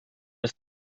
ist